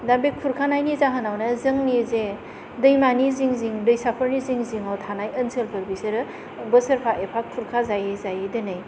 दा बे खुरखानायनि जाहोनावनो जोंनि जे दैमानि जिं जिं दैसा फोरनि जिं जिंआव थानाय ओनसोलफोर बेसोरो बोसोरफा एफा खुरखा जायै जायै दिनै